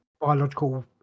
biological